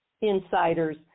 insiders